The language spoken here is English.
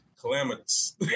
calamitous